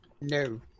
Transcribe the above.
No